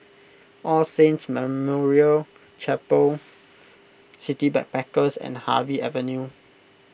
All Saints Memorial Chapel City Backpackers and Harvey Avenue